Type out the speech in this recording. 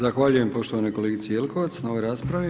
Zahvaljujem poštovanoj kolegici Jelkovac na ovoj raspravi.